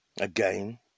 again